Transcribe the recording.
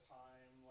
time